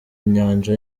nyanja